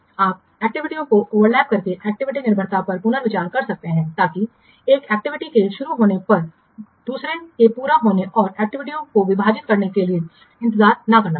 आप एक्टिविटीयों को ओवरलैप करके एक्टिविटी निर्भरताओं पर पुनर्विचार कर सकते हैं ताकि एक एक्टिविटी के शुरू होने पर दूसरे के पूरा होने और एक्टिविटीयों को विभाजित करने के लिए इंतजार न करना पड़े